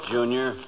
Junior